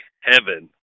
heaven